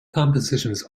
compositions